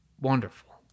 wonderful